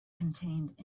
contained